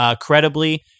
credibly